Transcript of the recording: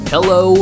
Hello